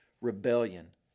Rebellion